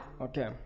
Okay